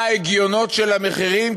מה ההגיונות של המחירים,